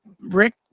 Rick